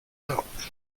out